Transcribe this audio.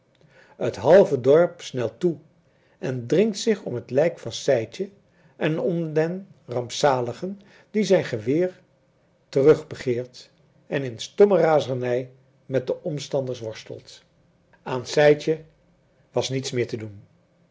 het halve dorp snelt toe en dringt zich om het lijk van sijtje en om den rampzalige die zijn geweer terug begeert en in stomme razernij met de omstanders worstelt aan sijtje was niets meer te doen